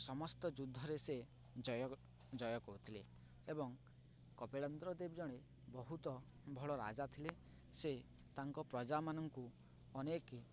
ସମସ୍ତ ଯୁଦ୍ଧରେ ସେ ଜୟ ଜୟ କରୁଥିଲେ ଏବଂ କପିଳନ୍ଦ୍ର ଦେବ ଜଣେ ବହୁତ ଭଲ ରାଜା ଥିଲେ ସେ ତାଙ୍କ ପ୍ରଜାମାନଙ୍କୁ ଅନେକ